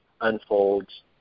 unfolds